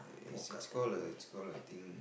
it's it's call the it's call the I think